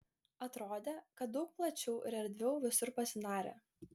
atrodė kad daug plačiau ir erdviau visur pasidarė